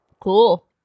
Cool